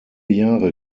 jahre